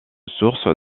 source